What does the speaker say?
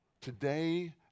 today